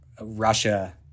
Russia